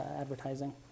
advertising